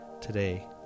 today